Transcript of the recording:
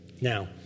Now